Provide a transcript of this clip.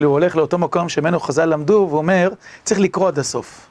והוא הולך לאותו מקום שמנו חז"ל למדו, ואומר, צריך לקרוא עד הסוף.